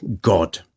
God